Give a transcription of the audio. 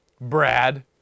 Brad